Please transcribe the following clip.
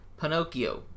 Pinocchio